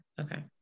Okay